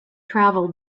travel